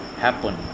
happen